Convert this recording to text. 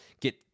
get